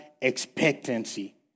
expectancy